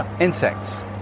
insects